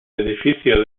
edificio